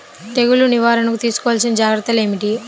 తెగులు నివారణకు తీసుకోవలసిన జాగ్రత్తలు ఏమిటీ?